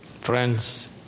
friends